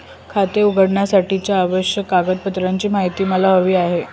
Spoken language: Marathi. खाते उघडण्यासाठीच्या आवश्यक कागदपत्रांची माहिती मला हवी आहे